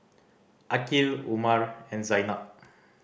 Aqil Umar and Zaynab